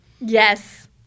yes